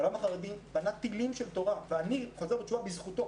העולם החרדי בנה טילים של תורה ואני חוזר בתשובה בזכותו.